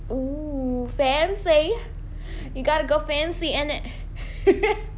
oo fancy you gotta go fancy ain't it